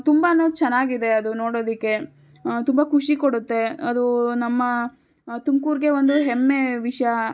ತುಂಬಾ ಚೆನ್ನಾಗಿದೆ ಅದು ನೋಡೋದಕ್ಕೆ ತುಂಬ ಖುಷಿ ಕೊಡುತ್ತೆ ಅದು ನಮ್ಮ ತುಮ್ಕೂರಿಗೆ ಒಂದು ಹೆಮ್ಮೆಯ ವಿಷಯ